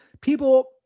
people